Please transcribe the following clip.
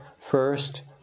first